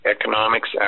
economics